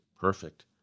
perfect